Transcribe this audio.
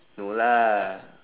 no lah